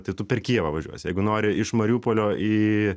tai tu per kijevą važiuosi jeigu nori iš mariupolio į